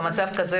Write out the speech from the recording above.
במצב כזה,